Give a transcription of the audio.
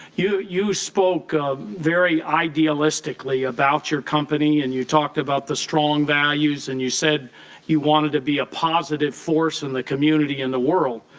you you spoke very idealistically about your company and you talked about the strong values and you said you wanted to be a positive force in the community and the world.